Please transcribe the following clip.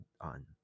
on